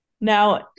Now